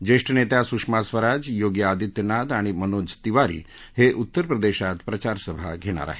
ज्येष्ठ नेत्या सुषमा स्वराज योगी आदित्यनाथ आणि मनोज तिवारी हे उत्तर प्रदेशात प्रचारसभा घेणार आहेत